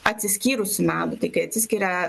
atsiskyrusį medų tai kai atsiskiria